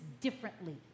differently